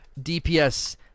DPS